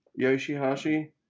Yoshihashi